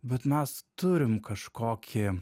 bet mes turim kažkokį